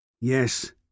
Yes